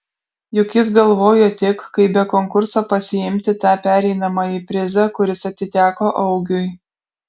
juk jis galvojo tik kaip be konkurso pasiimti tą pereinamąjį prizą kuris atiteko augiui